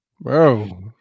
bro